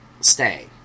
stay